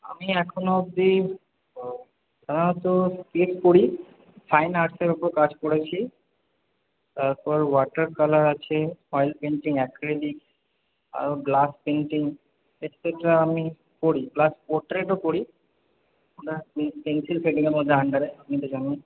আমি এখনও অবধি সাধারণত স্কেচ করি ফাইন আর্টসের উপর কাজ করেছি তারপর ওয়াটার কালার আছে অয়েল পেইন্টিং অ্যাক্রিলিক আরো গ্লাস পেইন্টিং এটসেট্রা আমি করি প্লাস পোর্ট্রেটও করি পেন্সিল শেডিংয়ের মধ্যে আন্ডারে আপনি তো জানেন